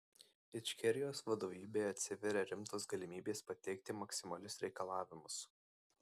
ičkerijos vadovybei atsiveria rimtos galimybės pateikti maksimalius reikalavimus